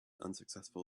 unsuccessful